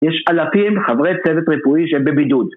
יש אלפים חברי צוות רפואי שהם בבידוד